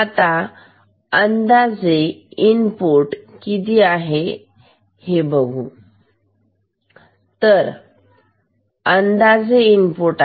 आता अंदाजे इनपुट किती आहे अंदाजे इनपुट